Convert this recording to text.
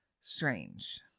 strange